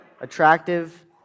attractive